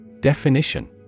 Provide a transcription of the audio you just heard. Definition